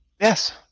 Yes